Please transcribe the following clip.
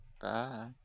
Bye